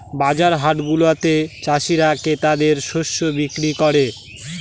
বাজার হাটগুলাতে চাষীরা ক্রেতাদের শস্য বিক্রি করে